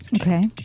Okay